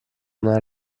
una